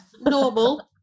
Normal